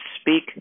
speak